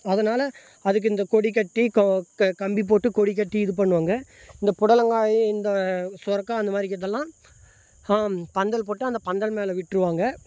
அதனால் அதுக்கு இந்த கொடி கட்டி க கம்பி போட்டு கொடி கட்டி இது பண்ணுவாங்க இந்த புடலங்காய் இந்த சுரைக்கா அந்த மாதிரி இருக்கிறதெல்லாம் பந்தல் போட்டு அந்த பந்தல் மேலே விட்டுருவாங்க